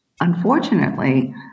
Unfortunately